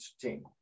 team